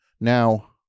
Now